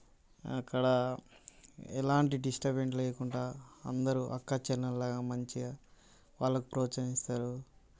అక్కడ ఎలాంటి డిస్టబెన్స్ లేకుండా అందరు అక్కచెల్లెళ్ళలాగా మంచిగా వాళ్ళకి ప్రోత్సహిస్తారు